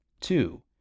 Two